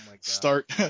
start